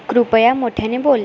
कृपया मोठ्याने बोल